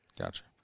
Gotcha